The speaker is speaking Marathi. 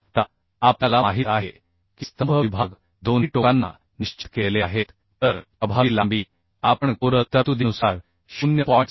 आता आपल्याला माहीत आहे की स्तंभ विभाग दोन्ही टोकांना निश्चित केलेले आहेत तर प्रभावी लांबी आपण कोरल तरतुदीनुसार 0